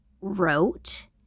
wrote